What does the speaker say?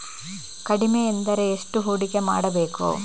ಕಡಿಮೆ ಎಂದರೆ ಎಷ್ಟು ಹೂಡಿಕೆ ಮಾಡಬೇಕು?